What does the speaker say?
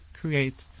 create